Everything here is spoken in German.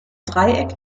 dreieck